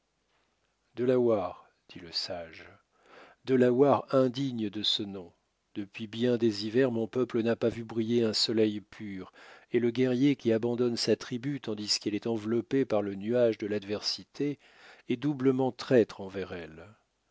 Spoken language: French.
prendre la parole delaware dit le sage delaware indigne de ce nom depuis bien des hivers mon peuple n'a pas vu briller un soleil pur et le guerrier qui abandonne sa tribu tandis qu'elle est enveloppée par le nuage de l'adversité est doublement traître envers elle